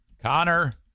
Connor